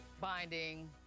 binding